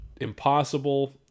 impossible